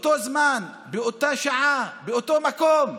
באותו זמן, באותה שעה, באותו מקום,